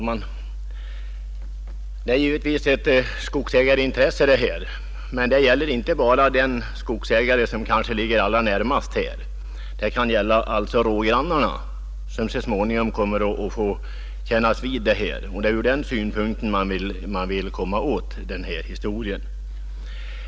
Herr talman! Detta är ett skogsägarintresse, men det gäller inte bara skogsägaren själv utan det kan gälla rågrannarna som så småningom kan komma att få kännas vid detta. Det är ur den synpunkten man vill komma åt skadegörelsen.